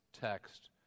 text